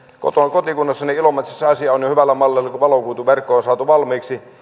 kotikunnassani ilomantsissa asia on jo hyvällä mallilla kun valokuituverkko on saatu valmiiksi